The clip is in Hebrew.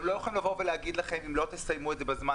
הם לא יכולים לבוא ולהגיד לכם שאם לא תסיימו את זה בזמן,